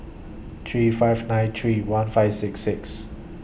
three five nine three one five six six